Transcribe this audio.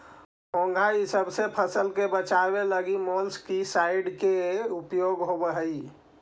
घोंघा इसब से फसल के बचावे लगी मोलस्कीसाइड के उपयोग होवऽ हई